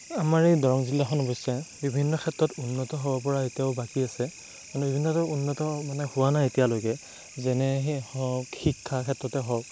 আমাৰ এই দৰং জিলাখন অৱশ্যে বিভিন্ন ক্ষেত্ৰত উন্নত হ'ব পৰা এতিয়াও বাকী আছে কিন্তু বিভিন্ন উন্নত হোৱা নাই এতিয়ালৈকে যেনে শিক্ষাৰ ক্ষেত্ৰতে হওক